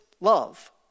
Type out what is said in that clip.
love